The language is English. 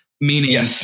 Meaning